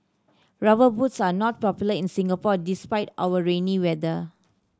Rubber Boots are not popular in Singapore despite our rainy weather